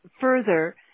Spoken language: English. further